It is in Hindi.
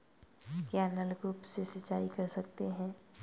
क्या नलकूप से सिंचाई कर सकते हैं?